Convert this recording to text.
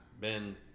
Ben –